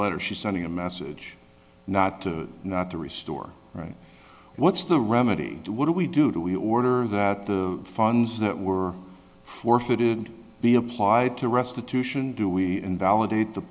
letter she's sending a message not to not to restore right what's the remedy to what do we do do we order that the funds that were forfeited be applied to restitution do we invalidate the